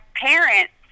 parents